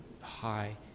high